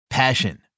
Passion